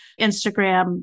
Instagram